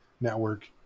network